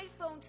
iPhone